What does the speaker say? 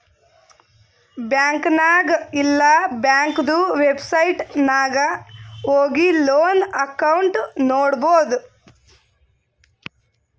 bank ನಾಗ್ ಇಲ್ಲಾ ಬ್ಯಾಂಕ್ದು ವೆಬ್ಸೈಟ್ ನಾಗ್ ಹೋಗಿ ಲೋನ್ ಅಕೌಂಟ್ ನೋಡ್ಬೋದು